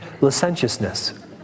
Licentiousness